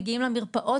מגיעים למרפאות,